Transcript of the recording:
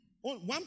One